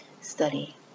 study